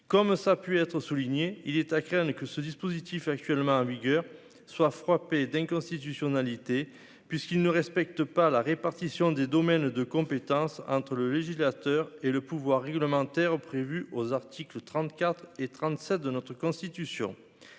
comme ça a pu être souligné, il est à craindre que ce dispositif actuellement en vigueur soit frappée d'inconstitutionnalité puisqu'ils ne respectent pas la répartition des domaines de compétence entre le législateur et le pouvoir réglementaire prévues aux articles 34 et 37 de notre constitution,